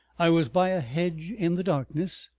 i was by a hedge in the darkness.